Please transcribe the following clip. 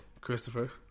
Christopher